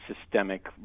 systemic